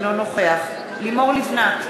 אינו נוכח לימור לבנת,